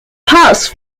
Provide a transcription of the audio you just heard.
parts